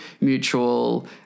mutual